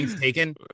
taken